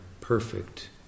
perfect